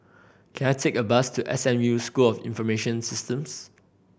can I take a bus to S M U School of Information Systems